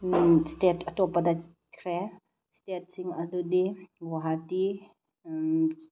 state ꯑꯇꯣꯞꯄꯗ ꯆꯠꯈ꯭ꯔꯦ ꯏꯁꯇꯦꯠꯁꯤꯡ ꯑꯗꯨꯗꯤ ꯒꯨꯍꯥꯇꯤ